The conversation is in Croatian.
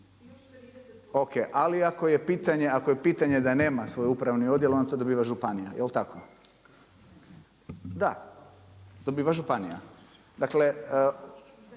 ne čuje./… Ok, ali ako je pitanje da nema svoj upravni odjel, onda to dobiva županija, jel tako? …/Upadica se ne čuje./…